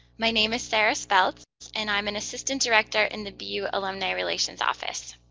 my name is sarah speltz and i'm an assistant director in the bu alumni relations office.